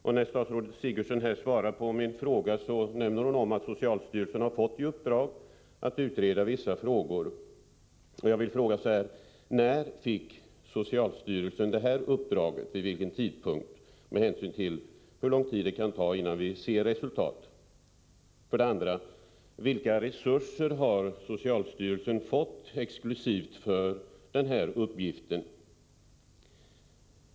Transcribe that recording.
I svaret på min fråga nämner statsrådet att socialstyrelsen har fått i uppdrag att utreda vissa frågor rörande tandersättningsmaterial. För att få klarhet i hurlång tid det kan ta innan vi kan vänta oss resultatet av utredningens arbete vill jag fråga: När fick socialstyrelsen detta uppdrag?